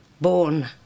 Born